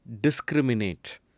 discriminate